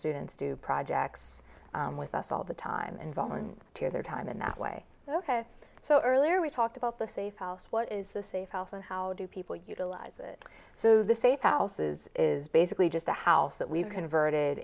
students do projects with us all the time and volunteer their time in that way so ok so earlier we talked about the safe house what is the safe house and how do people utilize it so the safe houses is basically just a house that we've converted